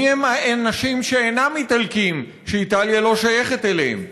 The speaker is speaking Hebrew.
מיהם האנשים שאינם איטלקים, שאיטליה לא שייכת להם?